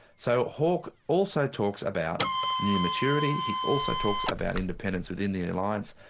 so hawke also talks about new maturity, he also talks about independence within the and alliance,